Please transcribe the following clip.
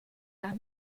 nach